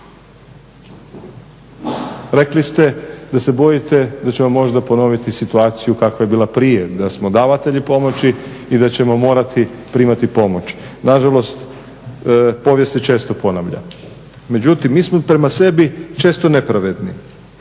Rekli ste da se bojite da ćemo možda ponoviti situaciju kakva je bila prije da smo davatelji pomoći i da ćemo morati primati pomoć. Na žalost, povijest se često ponavlja. Međutim, mi smo prema sebi često nepravedni.